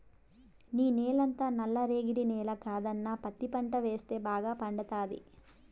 నీ నేలంతా నల్ల రేగడి నేల కదన్నా పత్తి పంట వేస్తే బాగా పండతాది